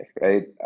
right